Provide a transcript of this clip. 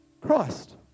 Christ